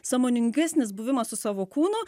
sąmoningesnis buvimas su savo kūnu